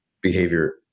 behavior